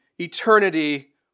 eternity